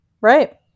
Right